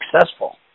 successful